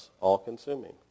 all-consuming